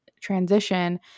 transition